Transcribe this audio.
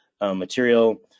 material